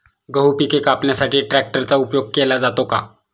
गहू पिके कापण्यासाठी ट्रॅक्टरचा उपयोग केला जातो का?